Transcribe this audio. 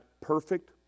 perfect